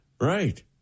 Right